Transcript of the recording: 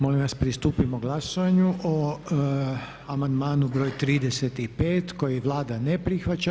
Molim vas pristupimo glasovanju o amandmanu br. 35. koji Vlada ne prihvaća.